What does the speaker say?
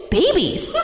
babies